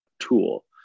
tool